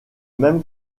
même